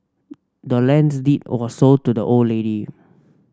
the land's deed was sold to the old lady